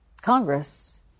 Congress